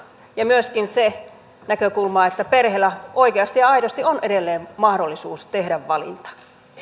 ja myöskin se näkökulma että perheellä oikeasti ja aidosti on edelleen mahdollisuus tehdä valinta niin